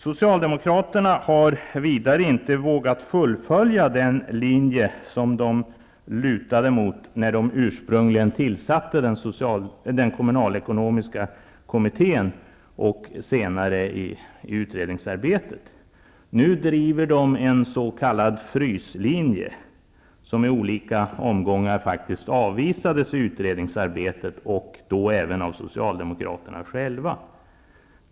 Socialdemokraterna har vidare inte vågat fullfölja den linje som de lutade åt när de ursprungligen tillsatte den kommunalekonomiska kommittén och senare i utredningsarbetet. Nu driver de en s.k. fryslinje, som i olika omgångar avvisades i utredningsarbetet och då även av Socialdemokraterna själva.